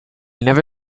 never